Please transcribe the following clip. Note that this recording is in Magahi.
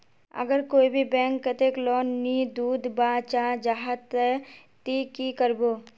अगर कोई भी बैंक कतेक लोन नी दूध बा चाँ जाहा ते ती की करबो?